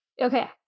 Okay